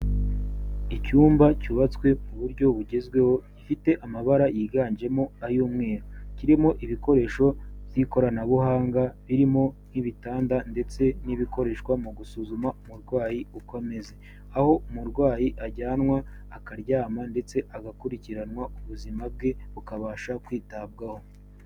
Icyumba cyubatswe ku buryo bugezweho gifite amabara yiganjemo ay'umweru kirimo ibikoresho by'ikoranabuhanga birimo nk'ibitanda ndetse n'ibikoreshwa mu gusuzuma umurwayi uko ameze aho umurwayi ajyanwa akaryama ndetse agakurikiranwa ubuzima bwe bukabasha kwitabwaho